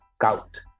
Gout